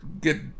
get